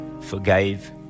forgave